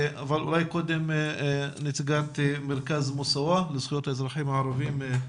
אבל אולי קודם נציגת מרכז מוסאוא לזכויות האזרחים הערבים,